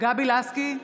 גבי לסקי,